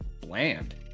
bland